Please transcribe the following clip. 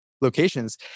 Locations